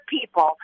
people